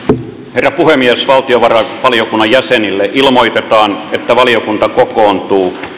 herra puhemies valtiovarainvaliokunnan jäsenille ilmoitetaan että valiokunta kokoontuu